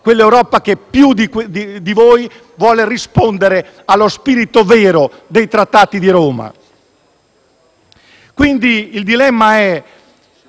l'Europa che più di voi vuole rispondere allo spirito vero dei Trattati di Roma. Il dilemma